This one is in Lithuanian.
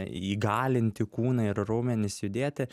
įgalinti kūną ir raumenis judėti